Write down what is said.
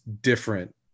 different